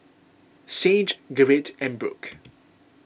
Sage Gerrit and Brooke